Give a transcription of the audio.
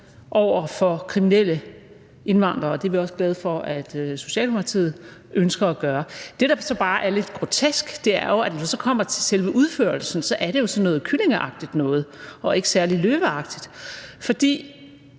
over for kriminelle indvandrere. Det er vi også glade for at Socialdemokratiet ønsker at gøre. Det, der så bare er lidt grotesk, er jo, at når det kommer til selve udførslen, er det sådan noget kyllingeagtigt noget og ikke særlig løveagtigt, for